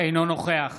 אינו נוכח